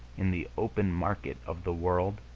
in the open market of the world,